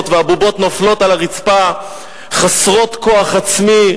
והבובות נופלות לרצפה חסרות כוח עצמי,